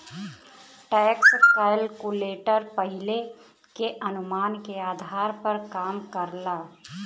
tax calculator पहिले के अनुमान के आधार पर काम करला